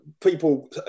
people